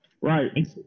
Right